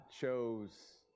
chose